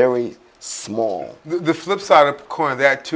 very small the flip side of course of that